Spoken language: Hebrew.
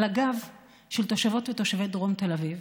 על הגב של תושבות ותושבי דרום תל אביב,